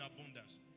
abundance